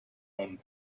own